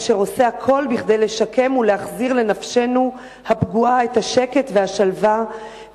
אשר עושה הכול בשביל לשקם ולהחזיר לנפשנו הפגועה את השקט והשלווה.